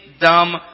dumb